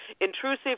intrusive